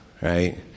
right